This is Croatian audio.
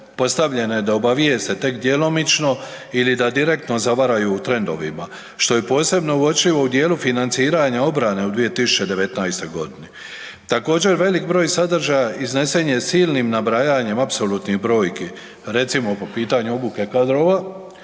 postavljene da obavijeste tek djelomično ili da direktno zavaraju trendovima što je posebno uočljivo u dijelu financiranja obrane u 2019. godini. Također, velik broj sadržaja iznesen je s ciljnim nabrajanjem apsolutnih brojki recimo po pitanju ukupnih kadrova,